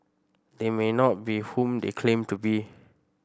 they may not be whom they claim to be